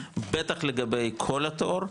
בטח לגבי כל התור,